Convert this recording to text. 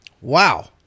Wow